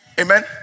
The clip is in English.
Amen